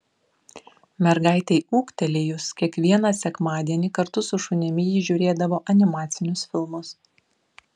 mergaitei ūgtelėjus kiekvieną sekmadienį kartu su šunimi ji žiūrėdavo animacinius filmus